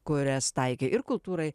kurias taikė ir kultūrai